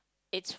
it